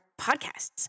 podcasts